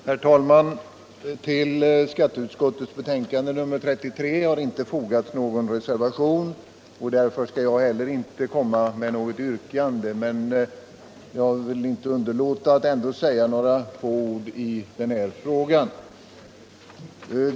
Herr talman! Vid skatteutskottets betänkande nr 33 har inte fogats någon reservation. Därför skall jag heller inte komma med något yrkande. Jag vill emellertid inte underlåta att säga några få ord i denna fråga.